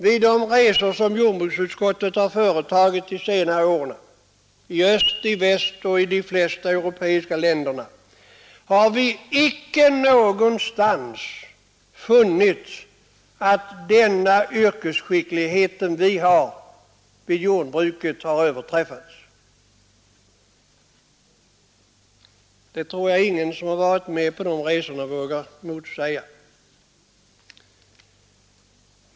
Vid de resor som jordbruksutskottet har företagit under senare år i öst, i väst och i de flesta europeiska länder har vi inte någonstans funnit att denna yrkesduglighet överträffats. Jag tror ingen som varit med på dessa resor vågar motsäga mig.